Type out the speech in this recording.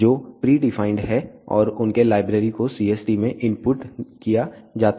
जो प्रीडिफाइंड हैं और उनके लाइब्रेरी को CST में इनपुट किया जाता है